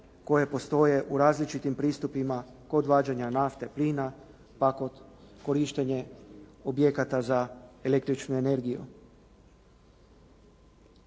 koje postoje u različitim pristupima kod vađenja nafte, plina pa kod korištenje objekata za električnu energiju.